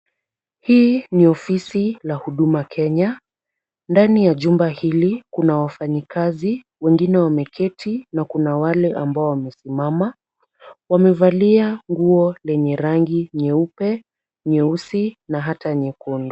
Hii ni ofisi la Huduma Kenya. Ndani ya jumba hili kuna wafanyikazi wengine wameketi na kuna wale ambao wamesimama wamevalia nguo lenye rangi nyeupe, nyeusi na hata nyekundu.